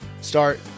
start